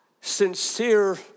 sincere